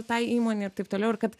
tai įmonei ir taip toliau ir kad